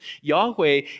Yahweh